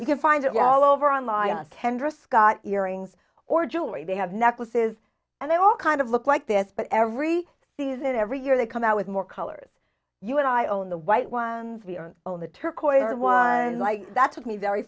you can find all over on line kendra scott earrings or jewelry they have necklaces and they all kind of look like this but every season every year they come out with more colors you and i own the white ones the on own the turquoise that's with me very